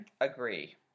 Agree